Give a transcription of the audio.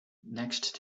next